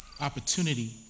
opportunity